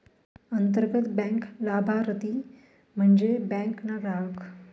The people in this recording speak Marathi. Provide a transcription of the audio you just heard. अंतर्गत बँक लाभारती म्हन्जे बँक ना ग्राहक